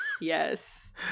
yes